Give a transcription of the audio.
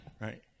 Right